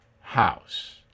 house